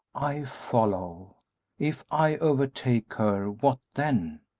i follow if i overtake her, what then?